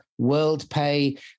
WorldPay